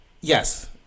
Yes